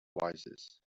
voicesand